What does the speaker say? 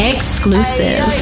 Exclusive